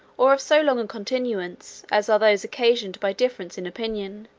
or of so long a continuance, as those occasioned by difference in opinion,